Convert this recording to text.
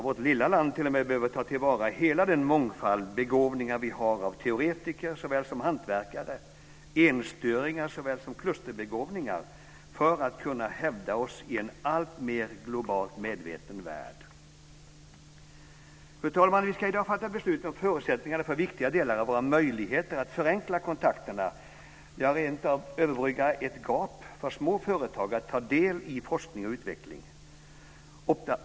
Vårt lilla land behöver ta till vara hela den mångfald av begåvningar som vi har i form av teoretiker såväl som hantverkare, enstöringar såväl som "klusterbegåvningar" för att vi ska kunna hävda oss i en alltmer globalt medveten värld. Fru talman! Vi ska i dag fatta beslut om förutsättningarna för viktiga delar av våra möjligheter att förenkla kontakterna, rentav överbrygga ett gap, för små företag att ta del av forskning och utveckling.